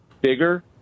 bigger